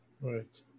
Right